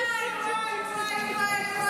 וואי וואי וואי.